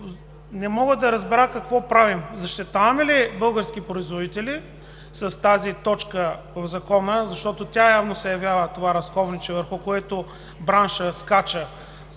Не мога да разбера какво правим – защитаваме ли българските производители с тази точка от Закона? Защото явно тя се явява разковничето, върху което браншът скача